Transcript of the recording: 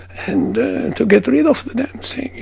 and to get rid of the damn thing,